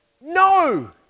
No